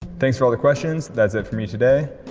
thanks for all the questions, that's it for me today,